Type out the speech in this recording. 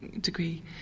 degree